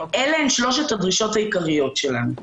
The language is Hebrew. אלה הן שלוש הדרישות המרכזיות שלנו.